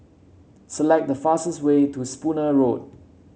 select the fastest way to Spooner Road